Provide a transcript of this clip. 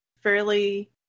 fairly